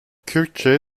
kürtçe